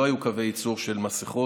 לא היו קווי ייצור של מסכות.